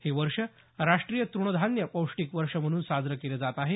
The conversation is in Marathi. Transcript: हे वर्ष राष्टीय तुणधान्य पौष्टिक वर्ष म्हणून साजरं केलं जात आहे